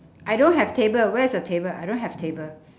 I don't have table where's your table I don't have table